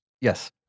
Yes